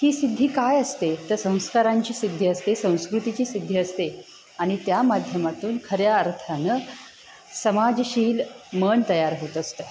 ही सिद्धी काय असते तर संस्कारांची सिद्धी असते संस्कृतीची सिद्धी असते आणि त्या माध्यमातून खऱ्या अर्थानं समाजशील मन तयार होत असतं